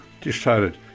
decided